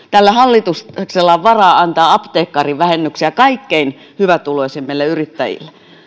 tällä hallituksella on varaa antaa apteekkarivähennyksiä kaikkein hyvätuloisimmille yrittäjille